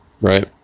right